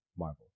Marvel